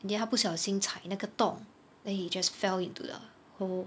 in the end 他不小心踩那个洞 then he just fell into the hole